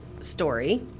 Story